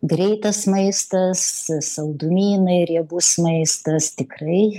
greitas maistas saldumynai riebus maistas tikrai